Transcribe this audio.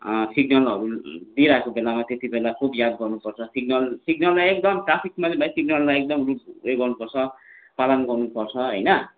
सिग्नलहरू दिइरहेको बेलामा त्यतिबेला खुब याद गर्नुपर्छ सिग्नल सिग्नललाई एकदम ट्राफिकमा चाहिँ भाइ सिग्नललाई एकदम उयो गर्नुपर्छ पालन गर्नुपर्छ होइन